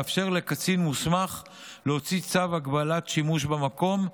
לאפשר לקצין מוסמך להוציא צו הגבלת שימוש במקום,